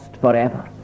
forever